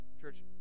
Church